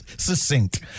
Succinct